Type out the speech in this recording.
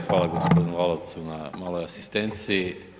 Hvala gospodinu Lalovcu na maloj asistenciji.